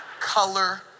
color